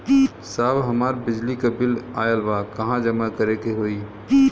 साहब हमार बिजली क बिल ऑयल बा कहाँ जमा करेके होइ?